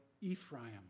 Ephraim